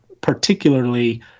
particularly